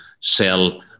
sell